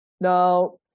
Now